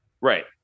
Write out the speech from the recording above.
Right